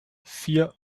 vier